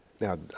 Now